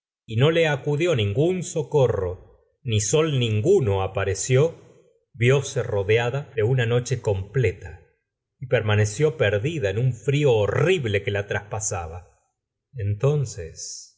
y no le acudió ningn socorro ni sol ninguno apareció vióse rodeada de una noche completa y permaneció perdida en un frío horrible que la traspasaba entonces